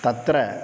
तत्र